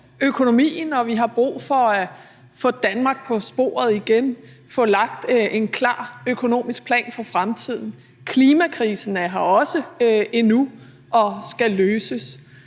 økonomien, og vi har brug for at få Danmark på sporet igen, få lagt en klar økonomisk plan for fremtiden. Klimakrisen er her også endnu og skal løses.